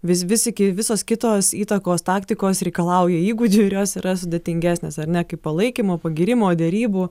vis vis iki visos kitos įtakos taktikos reikalauja įgūdžių ir jos yra sudėtingesnės ar ne kaip palaikymo pagyrimo derybų